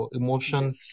emotions